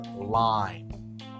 line